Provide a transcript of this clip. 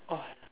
oh